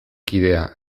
kidea